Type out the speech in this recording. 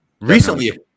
Recently